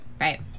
Right